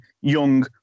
young